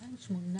גפני,